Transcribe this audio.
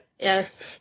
yes